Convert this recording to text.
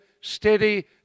steady